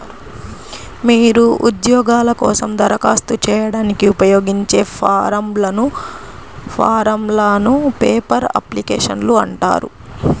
మీరు ఉద్యోగాల కోసం దరఖాస్తు చేయడానికి ఉపయోగించే ఫారమ్లను పేపర్ అప్లికేషన్లు అంటారు